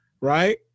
Right